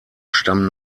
stammen